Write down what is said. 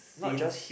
not just